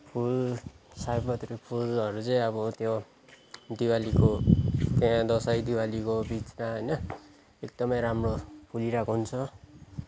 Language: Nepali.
फुल सयपत्री फुलहरू चाहिँ अब त्यो दिवालीको त्यहाँ दसैँ दिवालीको बिचमा एकदमै राम्रो फुलिरहेको हुन्छ